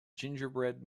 gingerbread